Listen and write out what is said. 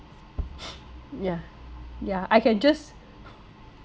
yeah yeah I can just